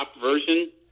version